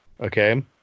Okay